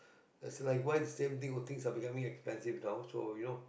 it's like why the same things are becoming expensive now so you know